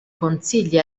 consigli